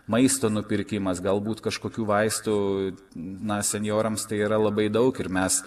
maisto nupirkimas galbūt kažkokių vaistų na senjorams tai yra labai daug ir mes